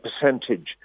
percentage